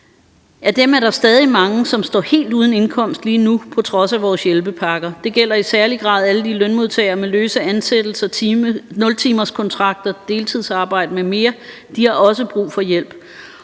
Af dem er der stadig mange, som står helt uden indkomst lige nu på trods af vores hjælpepakker. Det gælder i særlig grad alle de lønmodtagere med løse ansættelser, 0-timerskontrakter, deltidsarbejde m.m. De har også brug for hjælp.